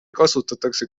kasutatakse